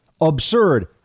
absurd